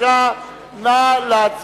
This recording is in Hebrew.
3), התש"ע 2010. נא להצביע.